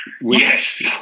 Yes